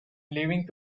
leaving